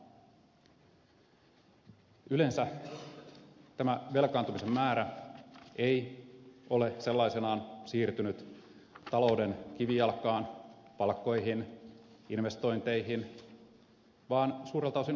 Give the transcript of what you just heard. yleensä tämä velkaantumisen määrä ei ole sellaisenaan siirtynyt talouden kivijalkaan palkkoihin investointeihin vaan suurelta osin kulutukseen